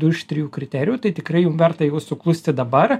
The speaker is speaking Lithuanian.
du iš trijų kriterijų tai tikrai jum verta jau suklusti dabar